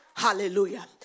hallelujah